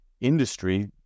industry